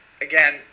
Again